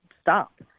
stop